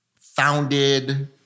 founded